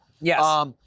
Yes